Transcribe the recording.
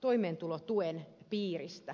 toimeentulotuen piiristä